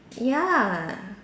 ya